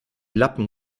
lappen